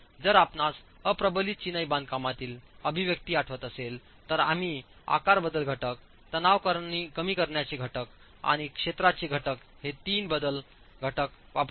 जर आपणास अप्रबलित चिनाई बांधकामातील अभिव्यक्ती आठवत असेल तर आम्ही आकार बदल घटक तणाव कमी करण्याचे घटक आणि क्षेत्राचा घटक हे 3 बदल घटक वापरले